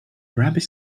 rabbit